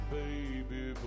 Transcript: baby